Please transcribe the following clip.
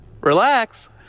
relax